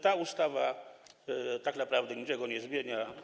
Ta ustawa tak naprawdę niczego nie zmienia.